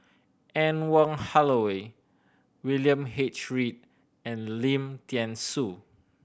Anne Wong Holloway William H Read and Lim Thean Soo